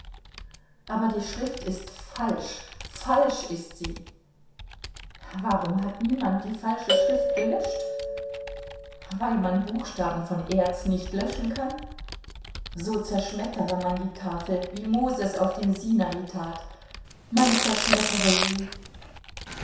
aber die schrift ist falsch falsch ist sie warum hat niemand die falsch schrift gelöscht weil man buchstaben von erz nicht löschen kann so zerschmettere man die tafeln wie moses auf dem sinai tat man zerschmettere sie